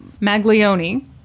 Maglioni